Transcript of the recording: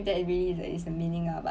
that really is is the meaning ah but